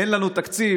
אין לנו תקציב,